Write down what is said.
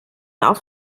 auf